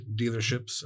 dealerships